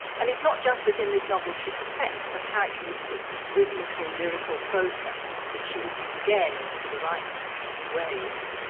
and it's not just that in this novel she perfects her characteristic rhythmical, lyrical prose sentence, which she would use again in to the lighthouse and the waves.